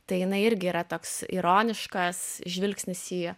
tai jinai irgi yra toks ironiškas žvilgsnis į